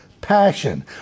passion